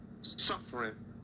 suffering